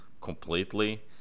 completely